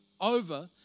over